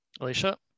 alicia